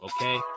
okay